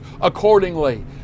accordingly